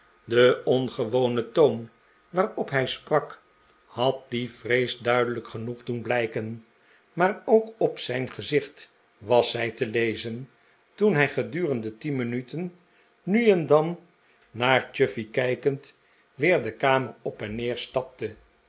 de ongewone toon waarop hij sprak had die vrees duidelijk genoeg dden blijken maar ook op zijn gezicht was zij te lezen toen hij gedurende tien minuten nu en dan naar chuffey kijkend weer de kamer op en neer staple